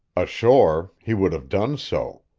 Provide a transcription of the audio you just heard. ashore, he would have done so.